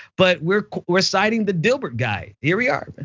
but we're we're citing the dilbert guy. here we are. but